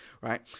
right